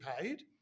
paid